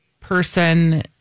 person